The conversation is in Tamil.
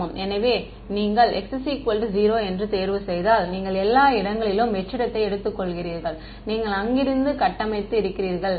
ஆம் எனவே நீங்கள் x 0 என்று தேர்வு செய்தால் நீங்கள் எல்லா இடங்களிலும் வெற்றிடத்தை எடுத்துக்கொள்கிறீர்கள் நீங்கள் அங்கிருந்து கட்டமைத்து இருக்கிறீர்கள்